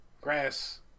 grass